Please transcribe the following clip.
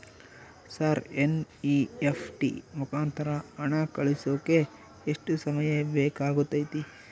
Sir NEFT ಮುಖಾಂತರ ಹಣ ಕಳಿಸೋಕೆ ಎಷ್ಟು ಸಮಯ ಬೇಕಾಗುತೈತಿ?